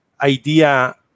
idea